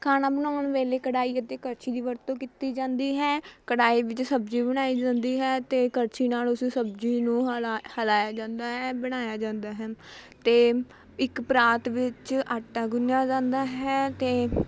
ਖਾਣਾ ਬਣਾਉਣ ਵੇਲੇ ਕੜਾਹੀ ਅਤੇ ਕੜਛੀ ਦੀ ਵਰਤੋਂ ਕੀਤੀ ਜਾਂਦੀ ਹੈ ਕੜਾਹੀ ਵਿੱਚ ਸਬਜ਼ੀ ਬਣਾਈ ਜਾਂਦੀ ਹੈ ਅਤੇ ਕੜਛੀ ਨਾਲ ਉਸ ਸਬਜ਼ੀ ਨੂੰ ਹਿਲਾ ਹਿਲਾਇਆ ਜਾਂਦਾ ਹੈ ਬਣਾਇਆ ਜਾਂਦਾ ਹੈ ਅਤੇ ਇੱਕ ਪਰਾਤ ਵਿੱਚ ਆਟਾ ਗੁੰਨਿਆ ਜਾਂਦਾ ਹੈ ਅਤੇ